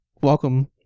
Welcome